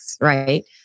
right